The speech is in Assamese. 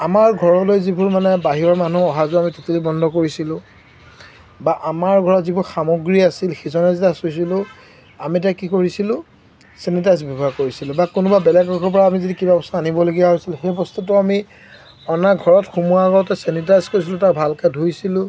আমাৰ ঘৰলৈ যিবোৰ মানে বাহিৰৰ মানুহ অহা যোৱা আমি টটেলি বন্ধ কৰিছিলোঁ বা আমাৰ ঘৰত যিবোৰ সামগ্ৰী আছিল সিজনে যেতিয়া চুইছিলোঁ আমি তেতিয়া কি কৰিছিলোঁ চেনিটাইজ ব্যৱহাৰ কৰিছিলোঁ বা কোনোবা বেলেগৰ ঘৰৰপৰা আমি যদি কিবা বস্তু আনিবলগীয়া হৈছিল সেই বস্তুটো আমি অনাৰ ঘৰত সোমোৱাৰ আগতে চেনিটাইজ কৰিছিলোঁ তাক ভালকৈ ধুইছিলোঁ